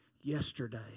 yesterday